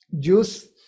juice